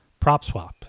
PropSwap